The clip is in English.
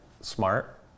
smart